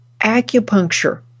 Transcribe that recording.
acupuncture